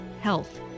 health